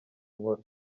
nkora